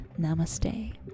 namaste